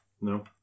No